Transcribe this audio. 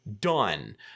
Done